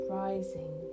rising